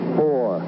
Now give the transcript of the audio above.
four